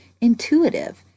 intuitive